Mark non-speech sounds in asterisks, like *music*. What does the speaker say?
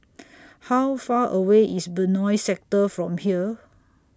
*noise* How Far away IS Benoi Sector from here